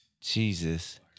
Jesus